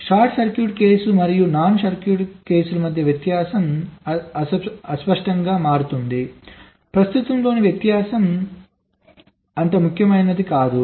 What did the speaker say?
కాబట్టి short circuit case మరియు non short circuit కేసుల మధ్య వ్యత్యాసం అస్పష్టంగా మారుతోంది ప్రస్తుతంలోని వ్యత్యాసం అంత ముఖ్యమైన హక్కు కాదు